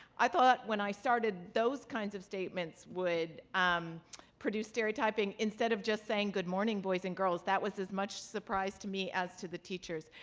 i thought, when i started, those kinds of statements would um produce stereotyping instead of just saying, good morning, boys and girls. that was as much surprise to me as to the teachers.